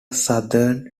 southern